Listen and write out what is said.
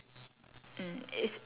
oh okay